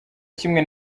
kimwe